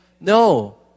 No